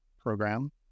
program